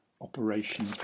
Operation